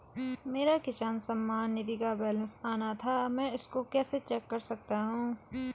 मेरा किसान सम्मान निधि का बैलेंस आना था मैं इसको कैसे चेक कर सकता हूँ?